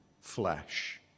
flesh